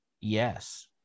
Yes